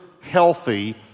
healthy